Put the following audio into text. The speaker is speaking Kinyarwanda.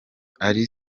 ally